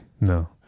No